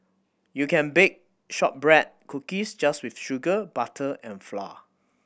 you can bake shortbread cookies just with sugar butter and flour